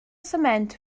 sment